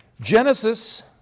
Genesis